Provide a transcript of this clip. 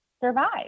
survive